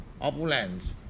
opulence